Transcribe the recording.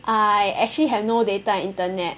I actually have no data internet